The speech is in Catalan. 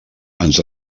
ens